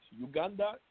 uganda